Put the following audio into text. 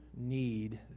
Need